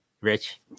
Rich